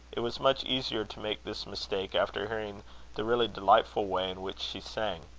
it was much easier to make this mistake after hearing the really delightful way in which she sang.